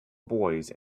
boys